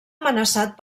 amenaçat